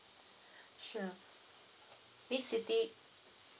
sure miss siti